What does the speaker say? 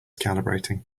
calibrating